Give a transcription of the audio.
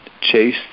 chase